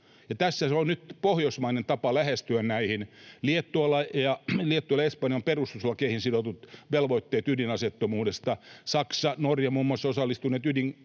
tässä on nyt pohjoismainen tapa lähestyä näihin. Liettualla ja Espanjalla on perustuslakeihin sidotut velvoitteet ydinaseettomuudesta, ja muun muassa Saksa ja Norja